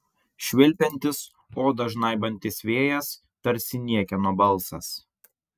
švilpiantis odą žnaibantis vėjas tarsi niekieno balsas